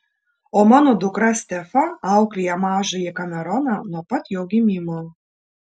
o mano dukra stefa auklėja mažąjį kameroną nuo pat jo gimimo